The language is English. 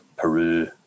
Peru